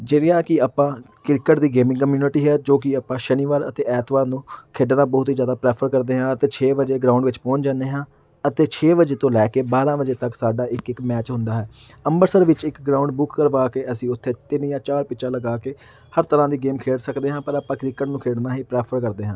ਜਿਹੜੀਆਂ ਕਿ ਆਪਾਂ ਕ੍ਰਿਕਟ ਦੀ ਗੇਮਿੰਗ ਕਮਿਊਨਿਟੀ ਹੈ ਜੋ ਕਿ ਆਪਾਂ ਸ਼ਨੀਵਾਰ ਅਤੇ ਐਤਵਾਰ ਨੂੰ ਖੇਡਣਾ ਬਹੁਤ ਹੀ ਜ਼ਿਆਦਾ ਪ੍ਰੈਫਰ ਕਰਦੇ ਹਾਂ ਅਤੇ ਛੇ ਵਜੇ ਗਰਾਊਂਡ ਵਿੱਚ ਪਹੁੰਚ ਜਾਂਦੇ ਹਾਂ ਅਤੇ ਛੇ ਵਜੇ ਤੋਂ ਲੈ ਕੇ ਬਾਰਾਂ ਵਜੇ ਤੱਕ ਸਾਡਾ ਇੱਕ ਇੱਕ ਮੈਚ ਹੁੰਦਾ ਹੈ ਅੰਮ੍ਰਿਤਸਰ ਵਿੱਚ ਇੱਕ ਗਰਾਊਂਡ ਬੁੱਕ ਕਰਵਾ ਕੇ ਅਸੀਂ ਉੱਥੇ ਤਿੰਨ ਜਾਂ ਚਾਰ ਪਿੱਚਾਂ ਲੱਗਾ ਕੇ ਹਰ ਤਰ੍ਹਾਂ ਦੀ ਗੇਮ ਖੇਡ ਸਕਦੇ ਹਾਂ ਪਰ ਆਪਾਂ ਕ੍ਰਿਕਟ ਨੂੰ ਖੇਡਣਾ ਹੀ ਪ੍ਰੈਫਰ ਕਰਦੇ ਹਾਂ